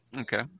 Okay